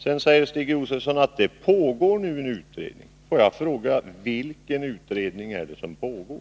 Sedan säger Stig Josefson att det nu pågår en utredning. Får jag fråga: Vilken utredning är det som pågår?